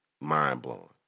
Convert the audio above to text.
mind-blowing